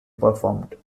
performed